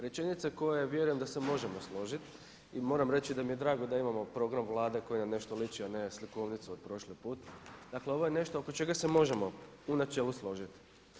Rečenica koja je, vjerujem da se možemo složiti i moram reći da mi je drago da imamo program Vlade koji na nešto liči a ne slikovnicu od prošli put, dakle ovo je nešto oko čega se možemo u načelu složiti.